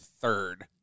third